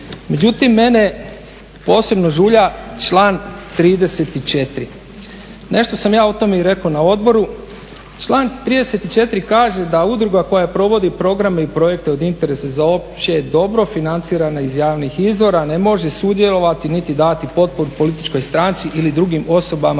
Međutim mene posebno žulja članak 34. Nešto sam ja o tome rekao i na odboru. Član 34.kaže da "udruga koja provodi programe i projekte od interesa za opće dobro financirana iz javnih izvora ne može sudjelovati niti dati potporu političkoj stranci ili drugim osobama